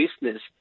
business